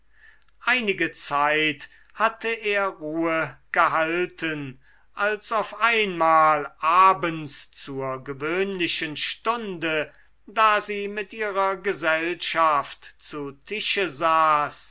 einige zeit hatte er ruhe gehalten als auf einmal abends zur gewöhnlichen stunde da sie mit ihrer gesellschaft zu tische saß